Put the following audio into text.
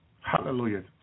Hallelujah